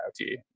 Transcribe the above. IoT